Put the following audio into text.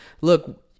look